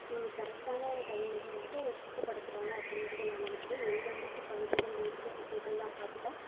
கரெக்டான டைம்ல வந்துட்டு அதை சுத்தப்படுத்துகிறாங்க அப்படிங்கிறத நான் நினைக்கிறேன் எங்கள் வீட்டு பகுதிகள்ல இருக்க குப்பைகள்லாம் பார்த்துட்டா